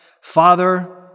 Father